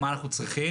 מה אנחנו צריכים,